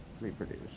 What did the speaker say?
reproduce